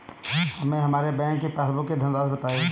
हमें हमारे बैंक की पासबुक की धन राशि बताइए